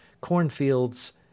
Cornfields